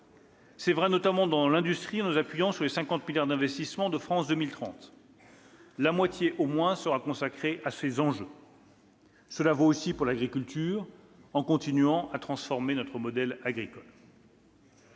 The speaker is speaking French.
C'est vrai notamment dans l'industrie, en nous appuyant sur les 50 milliards d'euros d'investissements du plan France 2030. La moitié au moins sera consacrée à ces enjeux. Cela vaut aussi pour l'agriculture, en continuant à transformer notre modèle agricole.